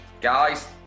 Guys